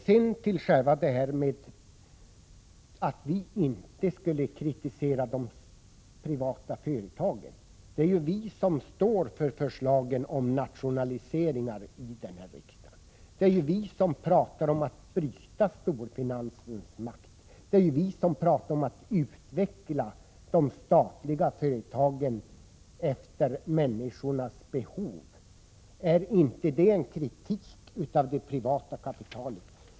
Det sades att vpk inte kritiserar de privata företagen. Det är ju vi som i riksdagen står för förslagen om nationaliseringar. Det är vi som pratar om att bryta storfinansens makt, om att utveckla de statliga företagen efter människornas behov. Är inte det en kritik av det privata kapitalet?